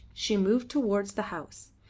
she moved towards the house,